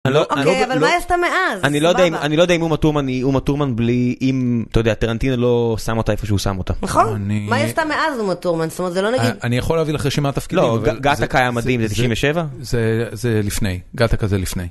אוקיי, אבל מה היא עשתה מאז? אני לא יודע אם אומה טורמן היא אומה טורמן בלי... אם, אתה יודע, טרנטין לא שם אותה איפה שהוא שם אותה. נכון. מה היא עשתה מאז אומה טורמן? זאת אומרת זה לא נגיד... אני יכול להביא לך רשימת תפקידים. לא, גטקה היה מדהים, זה 97? זה לפני, גטקה זה לפני.